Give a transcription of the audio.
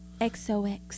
XOX